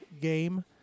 game